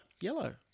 Yellow